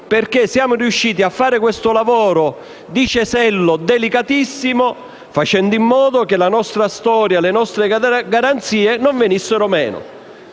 perché siamo riusciti a fare un lavoro di cesello delicatissimo affinché la nostra storia e le nostre garanzie non venissero meno.